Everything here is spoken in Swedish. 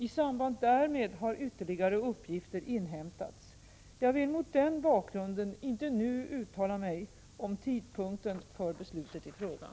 I samband därmed har ytterligare uppgifter inhämtats. Jag vill mot den bakgrunden inte nu uttala mig om tidpunkten för beslutet i frågan.